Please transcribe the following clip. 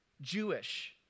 Jewish